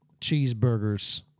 cheeseburgers